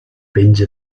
penja